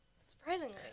Surprisingly